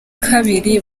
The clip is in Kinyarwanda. kabiri